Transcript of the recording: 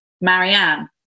Marianne